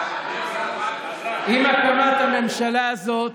עם הקמת הממשלה הזאת,